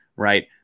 Right